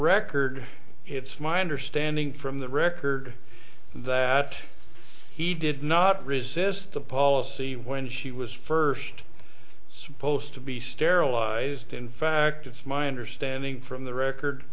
record it's my understanding from the record that he did not resist a policy when she was first supposed to be sterilized in fact it's my understanding from the record